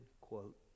quote